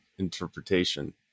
interpretation